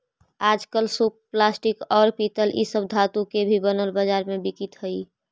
आजकल सूप प्लास्टिक, औउर पीतल इ सब धातु के भी बनल बाजार में बिकित हई